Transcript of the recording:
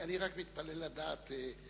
אני רק מתפלא לדעת,